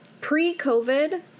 pre-COVID